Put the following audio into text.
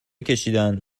کشیدند